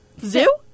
Zoo